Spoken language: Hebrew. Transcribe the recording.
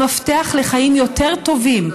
המפתח לחיים יותר טובים,